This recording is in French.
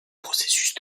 processus